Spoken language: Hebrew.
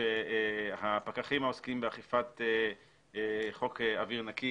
שהפקחים העוסקים באכיפת חוק אוויר נקי